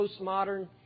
postmodern